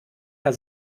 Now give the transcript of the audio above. herr